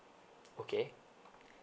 okay